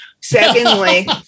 Secondly